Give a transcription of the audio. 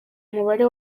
umubare